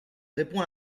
répond